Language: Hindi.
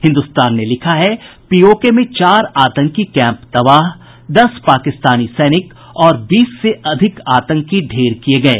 हिन्दुस्तान ने लिखा है पीओके में चार आतंकी कैम्प तबाह दस पाकिस्तानी सैनिक और बीस से अधिक आतंकी ढेर किये गये